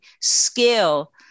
scale